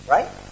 Right